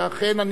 ואכן,